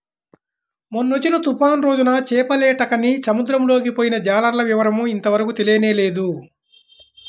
మొన్నొచ్చిన తుఫాను రోజున చేపలేటకని సముద్రంలోకి పొయ్యిన జాలర్ల వివరం ఇంతవరకు తెలియనేలేదు